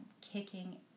kicking